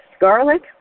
garlic